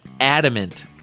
adamant